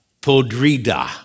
Podrida